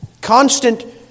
constant